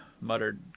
muttered